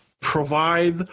provide